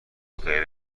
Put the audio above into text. غیر